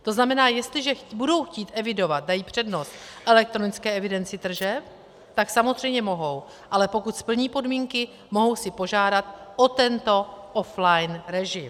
To znamená, jestliže budou chtít evidovat, dají přednost elektronické evidenci tržeb, tak samozřejmě mohou, ale pokud splní podmínky, mohou si požádat o tento offline režim.